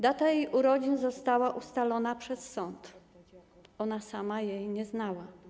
Data je urodzin została ustalona przez sąd, ona sama jej nie znała.